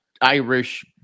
Irish